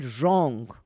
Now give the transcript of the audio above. wrong